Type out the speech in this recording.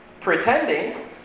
pretending